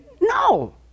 no